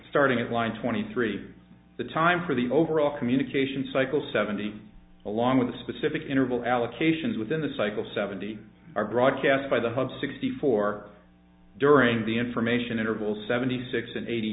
starting at line twenty three the time for the overall communication cycle seventy along with the specific interval allocations within the cycle seventy are broadcast by the hub sixty four during the information interval seventy six and eighty